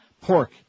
pork